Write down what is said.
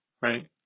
right